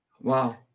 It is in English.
Wow